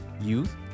youth